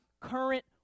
current